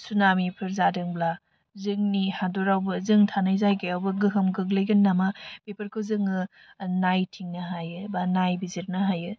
सुनामिफोर जादोंब्ला जोंनि हादरावबो जों थानाय जायगायावबो गोहोम गोग्लैगोन नामा बेफोरखौ जोङो नायथिंनो हायो बा नायबिजिरनो हायो